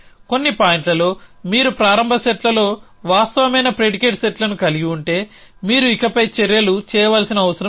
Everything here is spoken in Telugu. కొన్ని పాయింట్లలో మీరు ప్రారంభ సెట్లో వాస్తవమైన ప్రిడికేట్ సెట్ను కలిగి ఉంటే మీరు ఇకపై చర్యలు చేయవలసిన అవసరం లేదు